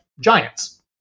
giants